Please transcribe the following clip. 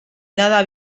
nada